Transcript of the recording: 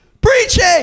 preaching